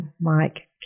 Mike